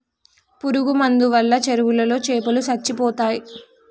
పురుగు మందు వాళ్ళ చెరువులో చాపలో సచ్చిపోతయ్